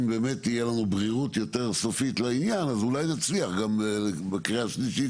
אם תהיה לנו ברירות יותר סופית אולי נצליח בקריאה השלישית,